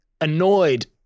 annoyed